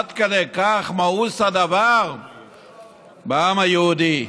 עד כדי כך מאוס הדבר בעם היהודי.